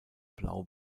blau